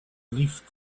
leafed